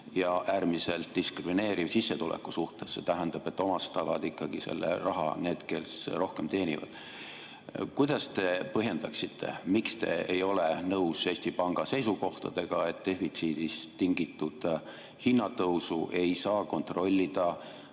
ja äärmiselt diskrimineeriv sissetuleku mõttes. See tähendab, et omastavad ikkagi selle raha need, kes rohkem teenivad. Kuidas te põhjendaksite, miks te ei ole nõus Eesti Panga seisukohtadega, et defitsiidist tingitud hinnatõusu ei saa kontrollida